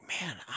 man